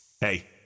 Hey